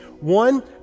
One